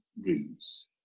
dreams